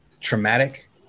traumatic